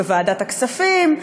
בוועדת הכספים,